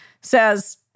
says